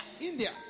India